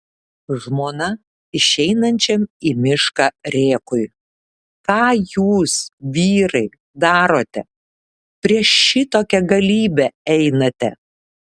žmona išeinančiam į mišką rėkui ką jūs vyrai darote prieš šitokią galybę einate